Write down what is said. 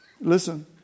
Listen